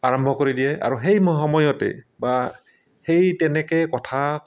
আৰম্ভ কৰি দিয়ে আৰু সেই সময়তে বা সেই তেনেকৈ কথা